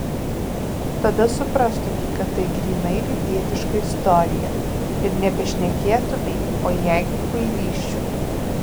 tada suprastumei kad tai grynai rytietiška istorija ir nebešnekėtumei o jeigu kvailysčių